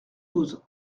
douze